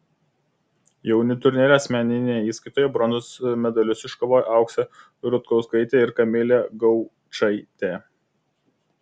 jaunių turnyre asmeninėje įskaitoje bronzos medalius iškovojo auksė rutkauskaitė ir kamilė gaučaitė